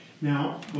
Now